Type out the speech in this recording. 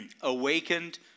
Awakened